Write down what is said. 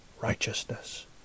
righteousness